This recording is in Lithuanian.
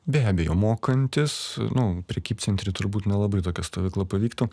be abejo mokantis nu prekybcentry turbūt nelabai tokia stovykla pavyktų